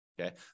Okay